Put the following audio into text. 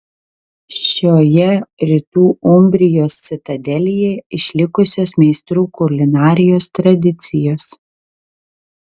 šioje rytų umbrijos citadelėje išlikusios meistrų kulinarijos tradicijos